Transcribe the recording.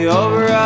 over